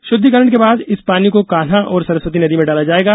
षुध्दिकरण के बाद इस पानी को कान्ह और सरस्वती नदी में डाला जाएगा